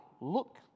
look